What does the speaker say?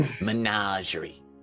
Menagerie